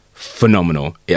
phenomenal